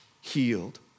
healed